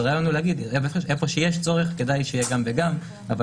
אז הרעיון הוא להגיד שבמקום שיש צורך כדאי שיהיה גם וגם אבל